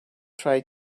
try